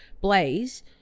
Blaze